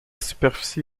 superficie